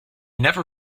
never